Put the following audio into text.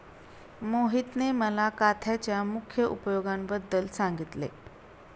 मोहितने मला काथ्याच्या मुख्य उपयोगांबद्दल सांगितले